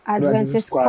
Adventist